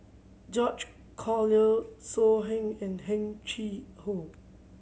George Collyer So Heng and Heng Chee How